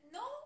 no